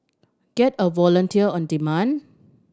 get a volunteer on demand